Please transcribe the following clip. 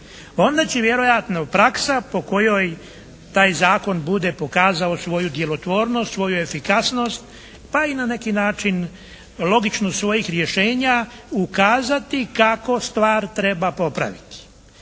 onda će vjerojatno praksa po kojoj taj zakon bude pokazao svoju djelotvornost, svoju efikasnost, pa i na neki način logično svojih rješenja ukazati kako stvar treba popraviti.